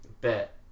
bet